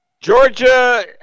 Georgia